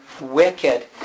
wicked